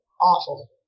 awful